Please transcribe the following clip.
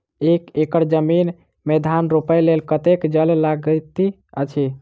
एक एकड़ जमीन मे धान रोपय लेल कतेक जल लागति अछि?